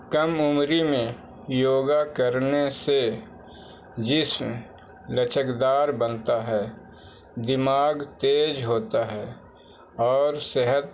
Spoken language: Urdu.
کم عمری میں یوگا کرنے سے جسم لچک دار بنتا ہے دماغ تیز ہوتا ہے اور صحت